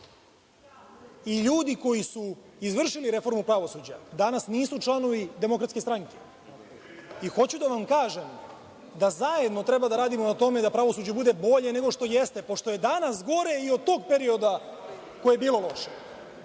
LJudi koji su izvršili reformu pravosuđa danas nisu članovi DS. Hoću da vam kažem da zajedno treba da radimo na tome da pravosuđu bude bolje nego što jeste, pošto je danas gore i od tog perioda koji je bio loš.